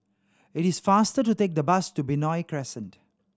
it is faster to take the bus to Benoi Crescent